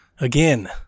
again